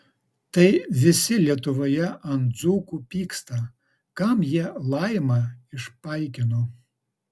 tai visi lietuvoje ant dzūkų pyksta kam jie laimą išpaikino